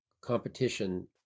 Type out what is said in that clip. competition